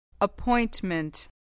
Appointment